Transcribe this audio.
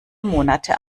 monate